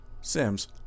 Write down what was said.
Sims